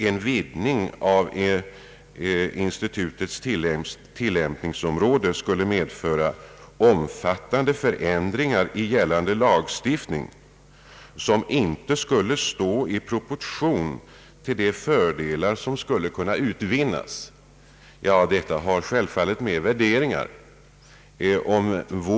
En vidgning av institutets tillämpningsområde skulle medföra omfattande förändringar i gällande lagstiftning, vilka inte skulle stå i proportion till de fördelar som skulle kunna utvinnas. Detta har självfallet med värderingar att göra.